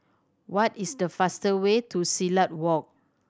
what is the fastest way to Silat Walk